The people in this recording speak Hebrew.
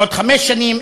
בעוד חמש שנים,